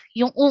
yung